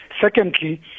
Secondly